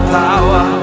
power